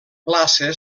plaça